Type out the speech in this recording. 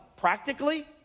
practically